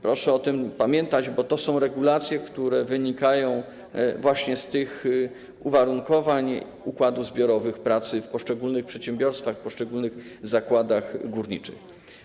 Proszę o tym pamiętać, bo to są regulacje, które wynikają właśnie z tych uwarunkowań, układów zbiorowych pracy w poszczególnych przedsiębiorstwach, w poszczególnych zakładach górniczych.